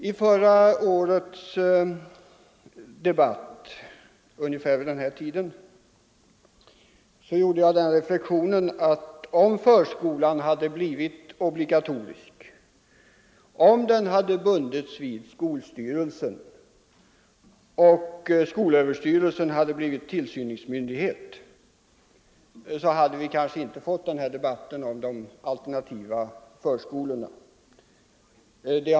I förra årets debatt i ärendet — ungefär vid den här tiden — gjorde jag den reflexionen att om förskolan hade blivit obligatorisk, om den hade bundits vid skolstyrelsen och skolöverstyrelsen hade blivit tillsynsmyndighet, hade vi kanske inte fått den här debatten om de alternativa förskolorna.